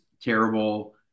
terrible